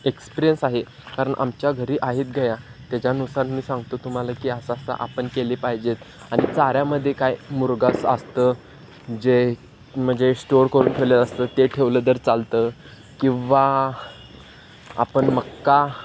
experience आहे कारण आमच्या घरी आहेत गायी त्याच्यानुसार मी सांगतो तुम्हाला की असं असं आपण केले पाहिजे आणि चाऱ्यामध्ये काय मुरघास असतं जे म्हणजे स्टोअर करून ठेवलेलं असतं ते ठेवलं तर चालतं किंवा आपण मका